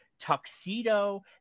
tuxedo